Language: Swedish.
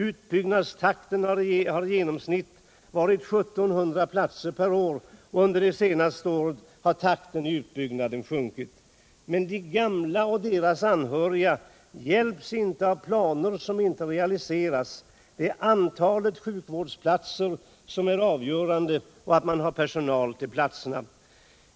Utbyggnadstakten har varit i genomsnitt 1 700 platser per år. Under de senaste åren har takten i utbyggnaden sjunkit. Men de gamla och deras anhöriga hjälps inte av planer som inte realiseras. Det avgörande är antalet sjukvårdsplatser och att man har personal till platserna.